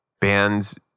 bands